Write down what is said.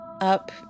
up